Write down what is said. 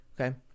Okay